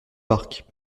parc